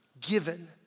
given